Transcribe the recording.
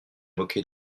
moquer